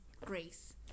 grace